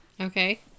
okay